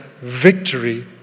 victory